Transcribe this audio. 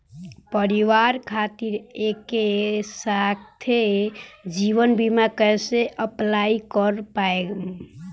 परिवार खातिर एके साथे जीवन बीमा कैसे अप्लाई कर पाएम?